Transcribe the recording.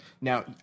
Now